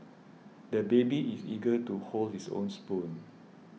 the baby is eager to hold his own spoon